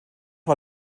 war